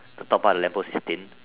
the top part of lamp post is thin